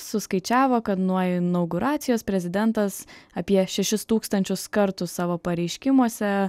suskaičiavo kad nuo inauguracijos prezidentas apie šešis tūkstančius kartų savo pareiškimuose